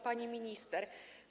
Pani Minister!